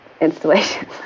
installation